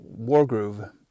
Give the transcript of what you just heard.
Wargroove